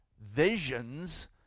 visions